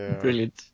Brilliant